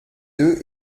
deux